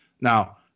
Now